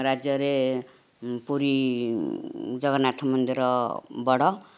ରାଜ୍ୟରେ ପୁରୀ ଜଗନ୍ନାଥ ମନ୍ଦିର ବଡ଼